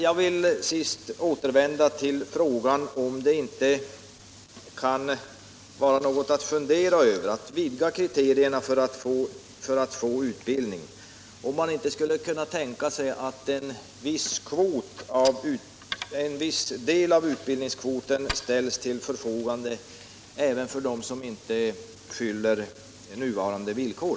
Jag vill emellertid till sist upprepa frågan om man inte skulle kunna tänka sig att vidga kriteriet för att få utbildning genom att en viss del av utbildningskvoten ställs till förfogande även för dem som inte uppfyller nuvarande villkor.